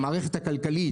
במערכת הכלכלית